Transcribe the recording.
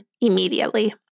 immediately